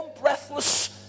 breathless